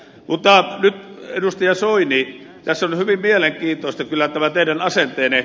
mutta nyt edustaja soini tässä on hyvin mielenkiintoinen kyllä tämä teidän asenteenne